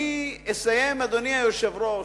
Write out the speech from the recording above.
אני אסיים, אדוני היושב-ראש.